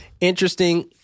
interesting